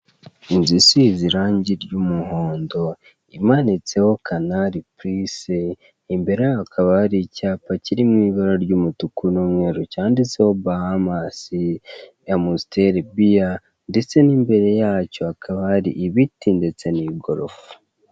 Inzu isizeho irangi ry'umuhondo imanitseho kanari pulisi imbere yaho hakaba hari icyapa kirimo ibara ry'umutuku n'umweru cyanditseho bahamasi amusiteri biya, ndetse n'imbere yacyo hakaba hari ibiti ndetse n'igorofa.